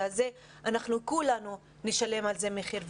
הזה כי אנחנו כולנו נשלם על זה מחיר.